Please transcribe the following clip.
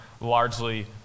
largely